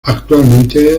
actualmente